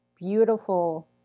beautiful